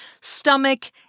stomach